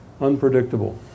unpredictable